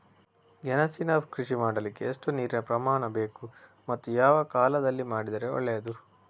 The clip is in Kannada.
ಗೆಣಸಿನ ಕೃಷಿ ಮಾಡಲಿಕ್ಕೆ ಎಷ್ಟು ನೀರಿನ ಪ್ರಮಾಣ ಬೇಕು ಮತ್ತು ಯಾವ ಕಾಲದಲ್ಲಿ ಮಾಡಿದರೆ ಒಳ್ಳೆಯದು?